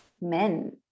men